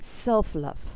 self-love